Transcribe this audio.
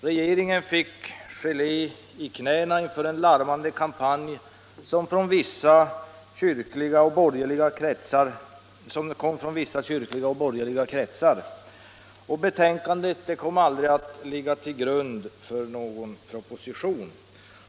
Regeringen fick gelé i knävecken inför en larmande kampanj från vissa kyrkliga och borgerliga kretsar, och betänkandet kom aldrig att ligga till grund för någon proposition.